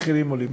המחירים עולים.